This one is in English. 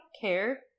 care